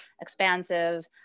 expansive